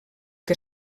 que